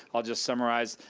i'll just summarize.